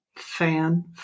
fan